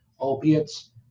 opiates